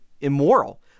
immoral